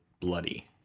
bloody